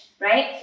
right